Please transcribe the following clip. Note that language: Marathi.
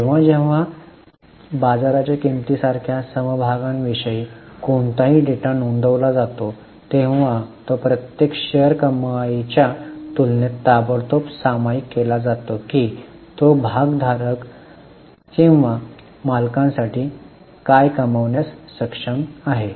जेव्हा जेव्हा बाजाराच्या किंमती सारख्या समभागांविषयी कोणताही डेटा नोंदविला जातो तेव्हा तो प्रत्येक शेअर कमाईच्या तुलनेत ताबडतोब सामायिक केला जातो की तो भाग भागधारक किंवा मालकांसाठी काय कमावण्यास सक्षम आहे